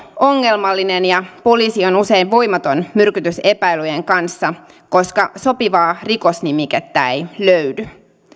ongelmallinen ja poliisi on usein voimaton myrkytysepäilyjen kanssa koska sopivaa rikosnimikettä ei löydy